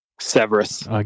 Severus